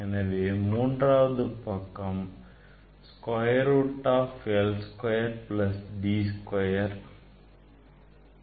எனவே மூன்றாவது பக்கம் square root of l square plus D square